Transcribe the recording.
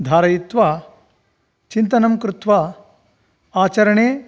धारयित्वा चिन्तनं कृत्वा आचरणे